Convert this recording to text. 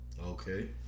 okay